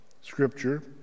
Scripture